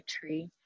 tree